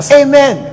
amen